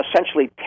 essentially